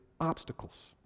obstacles